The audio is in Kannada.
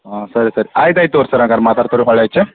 ಹಾಂ ಸರಿ ಸರಿ ಆಯ್ತು ಆಯ್ತು ತಗೋ ರೀ ಸರ್ ಹಂಗಾದ್ರ್ ಮಾತಾಡ್ತೇವೆ ರೀ ಹೊಳ್ಳಿ ಹಚ್ಚಿ